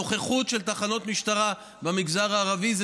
הנוכחות של תחנות משטרה במגזר הערבי זה